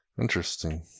Interesting